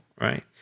right